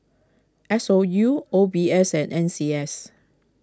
S O U O B S and N C S